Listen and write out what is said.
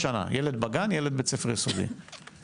בגן וילד בבית-ספר יסודי במהלך השנה הזאת?